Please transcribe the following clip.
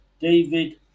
David